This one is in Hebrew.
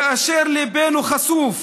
כאשר ליבנו חשוף,